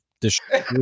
Destroy